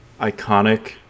iconic